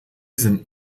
sind